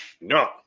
no